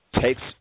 takes